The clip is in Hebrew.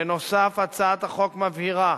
בנוסף, הצעת החוק מבהירה